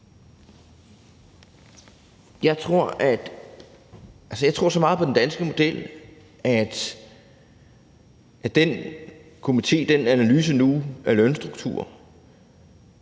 Jeg tror så meget på den danske model, at den komités analyse af lønstrukturer,